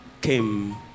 came